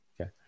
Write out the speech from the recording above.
Okay